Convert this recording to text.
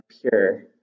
pure